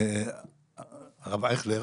הרב אייכלר,